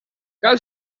cal